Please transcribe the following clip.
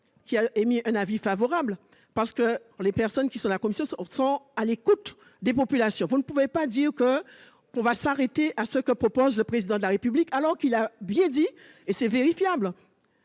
qui a émis un avis favorable parce que les personnes qui sont la commission sont à l'écoute des populations, vous ne pouvez pas dire que on va s'arrêter à ce que propose le président de la République, alors qu'il a bien dit et c'est vérifiable